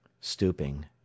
Stooping